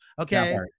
Okay